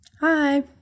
Hi